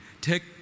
Take